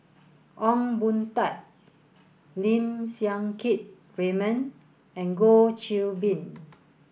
Ong Boon Tat Lim Siang Keat Raymond and Goh Qiu Bin